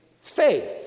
faith